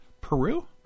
Peru